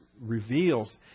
reveals